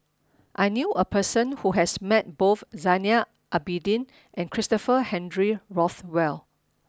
I knew a person who has met both Zainal Abidin and Christopher Henry Rothwell